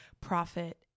profit